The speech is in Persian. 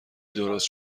درست